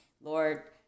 Lord